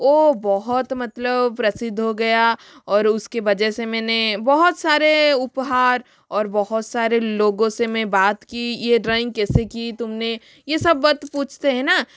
ओ बहुत मतलब प्रसिद्ध हो गया और उसकी वजह से मैंने बहुत सारे उपहार और बहुत सारे लोगो से मैं बात की ये ड्रॉइंग कैसे की तुमने ये सब बात पूछते है ना